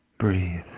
Breathe